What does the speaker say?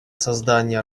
создания